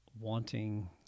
wanting